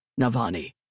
Navani